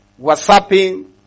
Whatsapping